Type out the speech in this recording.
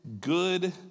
good